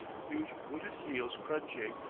huge booted heels crunching,